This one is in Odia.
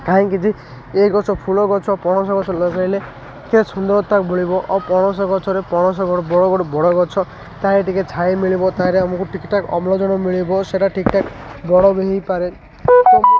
କାହିଁକି ଯେ ଏ ଗଛ ଫୁଲ ଗଛ ପଣସ ଗଛ ଲଗେଇଲେ ଟିକେ ସୁନ୍ଦରତା ମିଳିବ ଆଉ ପଣସ ଗଛରେ ପଣସ ଗଡ଼ ବଡ଼ ବଡ଼ ବଡ଼ ଗଛ ତାହା ଟିକେ ଛାଇ ମିଳିବ ତାହରେ ଆମକୁ ଠିକ୍ଠାକ୍ ଅମ୍ଳଜାନ ମିଳିବ ସେଟା ଠିକ୍ଠାକ୍ ବଡ଼ ବି ହୋଇପାରେ